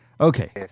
okay